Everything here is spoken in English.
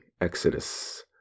exodus